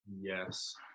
yes